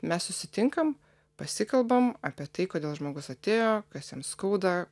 mes susitinkam pasikalbam apie tai kodėl žmogus atėjo kas jam skauda